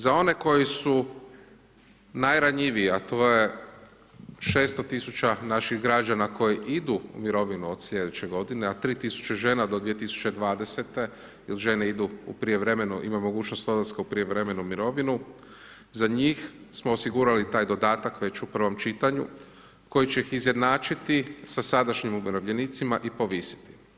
Za one koji su najranjiviji, a to je 600000 naših građana koji idu u mirovinu od sljedeće godine, a 3000 žena do 2020.-te, jer žene idu u prijevremenu, ima mogućnost odlaska u prijevremenu mirovinu, za njih smo osigurali taj dodatak, već u prvom čitanju, koji će ih izjednačiti sa sadašnjim umirovljenicima i povisiti.